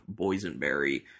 boysenberry